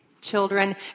Children